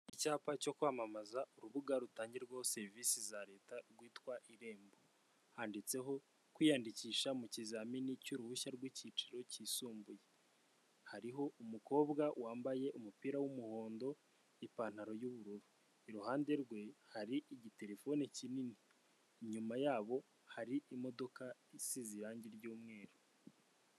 Icyapa cyo kwamamaza urubuga rutangirwaho serivisi za leta rwitwa irembo handitseho kwiyandikisha mu kizamini cy'uruhushya rw'icyiciro cyisumbuye hariho umukobwa wambaye umupira w'umuhondo, ipantaro y'ubururu iruhande rwe hari igiterefone kinini inyuma yabo hari imodoka isize irangi ry'umweru.